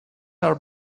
are